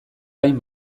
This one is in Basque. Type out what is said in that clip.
gain